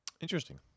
interesting